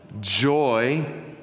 Joy